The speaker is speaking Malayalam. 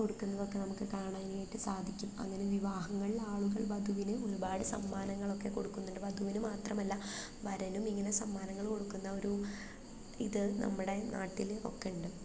കൊടുക്കുന്നതൊക്ക നമുക്ക് കാണാനായിട്ട് സാധിക്കും അങ്ങനെ വിവാഹങ്ങൾ ആളുകൾ വധുവിന് ഒരുപാട് സമ്മാനങ്ങളൊക്കെ കൊടുക്കുന്നുണ്ട് വധുവിന് മാത്രമല്ല വരനും ഇങ്ങനെ സമ്മാനങ്ങൾ കൊടുക്കുന്നവരും ഇത് നമ്മുടെ നാട്ടിൽ ഒക്കെയുണ്ട്